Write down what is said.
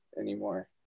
anymore